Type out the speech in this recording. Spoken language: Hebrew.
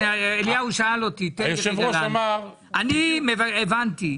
אני הבנתי.